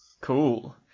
Cool